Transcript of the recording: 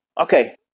okay